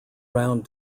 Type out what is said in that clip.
round